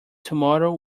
tomorrow